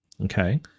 Okay